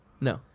No